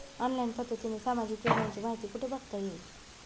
Online पद्धतीने सामाजिक योजनांची माहिती कुठे बघता येईल?